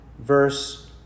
verse